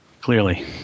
Clearly